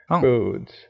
foods